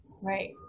right